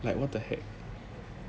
like what the heck